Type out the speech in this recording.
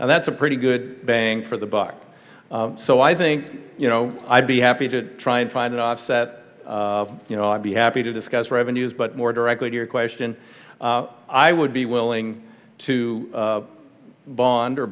that's a pretty good bang for the buck so i think you know i'd be happy to try and find an offset you know i'd be happy to discuss revenues but more directly to your question i would be willing to bond or